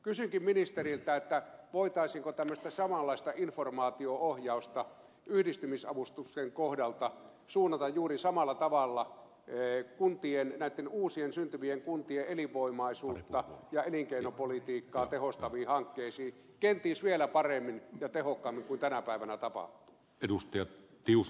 kysynkin ministeriltä voitaisiinko tällaista samanlaista informaatio ohjausta yhdistymisavustusten kohdalta suunnata juuri samalla tavalla uusien syntyvien kuntien elinvoimaisuutta ja elinkeinopolitiikkaa tehostaviin hankkeisiin kenties vielä paremmin ja tehokkaammin kuin tänä päivänä tapahtuu